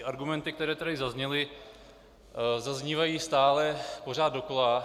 Argumenty, které tady zazněly, zaznívají stále pořád dokola.